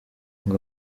ngo